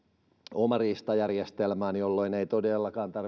oma riista järjestelmään jolloin ei todellakaan tarvitse